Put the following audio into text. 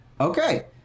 Okay